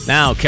Now